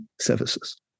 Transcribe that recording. services